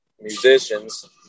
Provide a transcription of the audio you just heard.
musicians